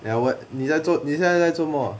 ya what 你在做你现在做么